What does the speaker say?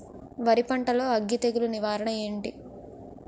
వరి పంటలో అగ్గి తెగులు నివారణ ఏంటి?